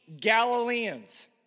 Galileans